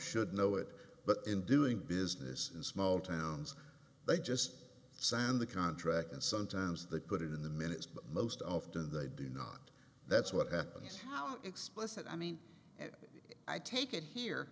should know it but in doing business in small towns they just sign the contract and sometimes they put it in the minutes but most often they do not that's what happened how explicit i mean it i take it here